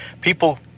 people